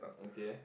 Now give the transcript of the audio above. okay